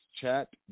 chat